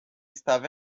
estava